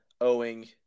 owing